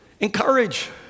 Encourage